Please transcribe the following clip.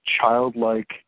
childlike